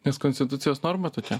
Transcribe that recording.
nes konstitucijos norma tokia